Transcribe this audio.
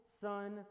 son